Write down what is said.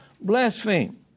blaspheme